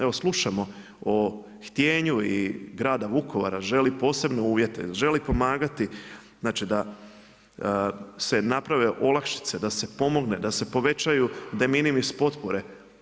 Evo slušamo o htijenju i grada Vukovara, želi posebne uvjete, želi pomagati znači da se naprave olakšice, da se pomogne, da se povećaju deminimis potpore.